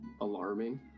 alarming